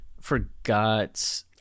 forgot